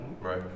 Right